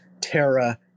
Terra